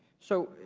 so,